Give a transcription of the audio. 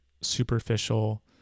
superficial